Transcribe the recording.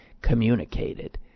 communicated